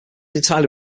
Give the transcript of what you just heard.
entirely